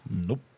Nope